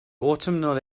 autumnal